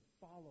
follow